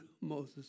Moses